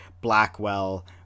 Blackwell